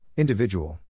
Individual